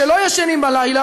כשישנים בלילה,